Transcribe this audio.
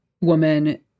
woman –